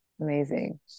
amazing